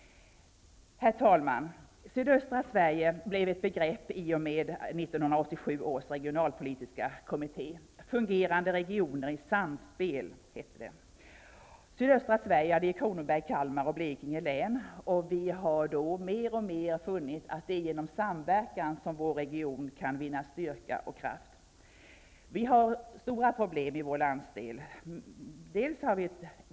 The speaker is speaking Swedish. Herr talman! Sydöstra Sverige blev ett begrepp i och med 1987 års regionalpolitiska kommitté. Fungerande regioner i samspel. Sydöstra Sverige omfattar Kronobergs, Kalmar och Blekinge län, och vi har mer och mer funnit att det är genom samverkan som vår region kan vinna styrka och kraft. Vi har stora problem i landsdelen.